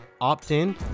opt-in